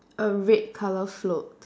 a red colour float